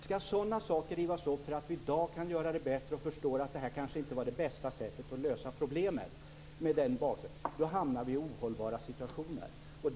Skall sådana saker rivas upp på grund av att vi i dag kan göra det bättre och förstår att detta kanske inte var det bästa sättet att lösa problemet? Då hamnar vi i ohållbara situationer.